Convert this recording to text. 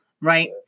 right